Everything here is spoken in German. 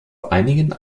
einigen